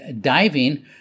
diving